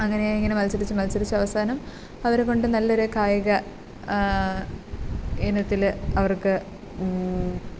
അങ്ങനെ ഇങ്ങനെ മത്സരിച്ച് മത്സരിച്ച് അവസാനം അവരെക്കൊണ്ട് നല്ലൊരു കായിക ഇനത്തിൽ അവർക്ക്